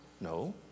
No